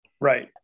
Right